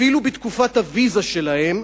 אפילו בתקופת הוויזה שלהם,